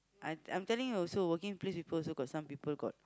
I I'm telling you also working place people also got some people got